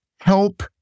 help